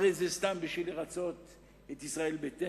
הרי זה סתם בשביל לרצות את ישראל ביתנו,